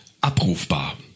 abrufbar